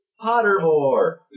Pottermore